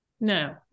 No